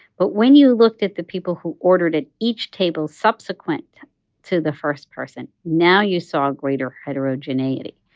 but when you looked at the people who ordered at each table subsequent to the first person, now you saw greater heterogeneity,